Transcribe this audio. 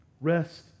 Rest